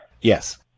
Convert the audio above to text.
Yes